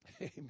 Amen